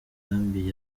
nkambi